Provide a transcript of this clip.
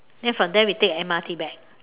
then from there we take M_R_T back